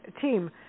team